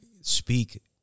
speak